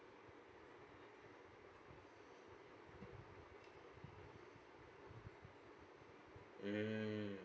mm